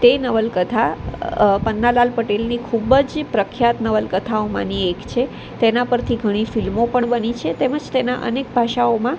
તે નવલકથા પન્નાલાલ પટેલની ખૂબ જ પ્રખ્યાત નવલકથાઓમાંની એક છે તેના પરથી ઘણી ફિલ્મો પણ બની છે તેમજ તેના અનેક ભાષાઓમાં